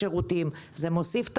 זה מוסיף לנו שירותים,